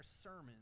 sermons